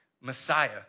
Messiah